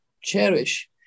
cherish